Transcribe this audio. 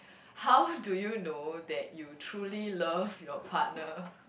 how do you know that you truly love your partner